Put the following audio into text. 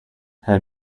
had